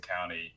County